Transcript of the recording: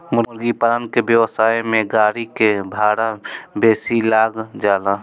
मुर्गीपालन के व्यवसाय में गाड़ी के भाड़ा बेसी लाग जाला